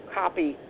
copy